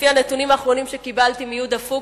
לפי הנתונים האחרונים שקיבלתי מיהודה פוקס,